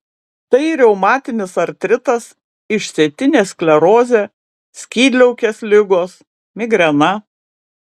tai reumatinis artritas išsėtinė sklerozė skydliaukės ligos migrena